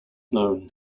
known